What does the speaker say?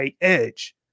edge